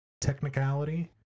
technicality